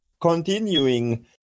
continuing